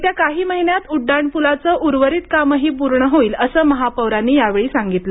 येत्या काही महिन्यात उड़डाणपुलाचं उर्वरित कामही पर्ण होईल असं महापौरांनी यावेळी सांगितलं